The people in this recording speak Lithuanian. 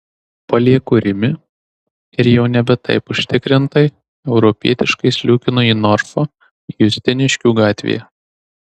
palieku rimi ir jau nebe taip užtikrintai europietiškai sliūkinu į norfą justiniškių gatvėje